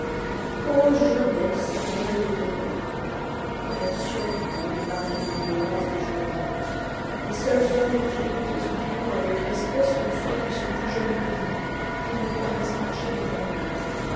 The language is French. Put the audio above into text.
o jeunesse rien ne te vaut quelle absurdité de parler de l'ignorance des jeunes gens les seuls hommes dont j'écoute les opinions avec respect sont ceux qui sont plus jeunes que moi ils me paraissent marcher devant moi